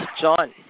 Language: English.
John